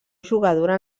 jugadora